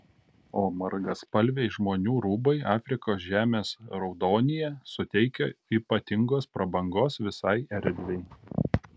o margaspalviai žmonių rūbai afrikos žemės raudonyje suteikia ypatingos prabangos visai erdvei